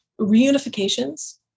Reunifications